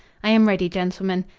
i am ready, gentlemen.